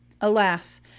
Alas